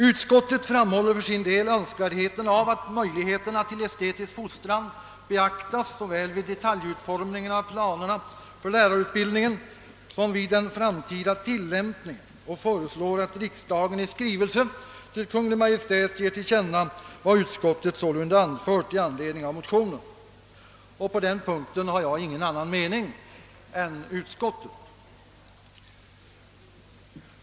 Utskottet framhåller för sin del önskvärdheten av att möjligheterna till estetisk fostran beaktas såväl vid detaljutformningen av planerna för lärarutbildningen som vid den framtida tillämpningen och föreslår att riksdagen i skrivelse till Kungl. Maj:t ger till känna vad utskottet sålunda anfört i anledning av motionen. På den punkten har jag ingen annan mening än utskottets.